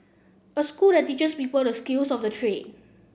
a school that teaches people the skills of the trade